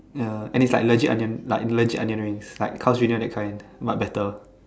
ya and it's like legit onion like legit onion rings like Carl's-junior that kind but better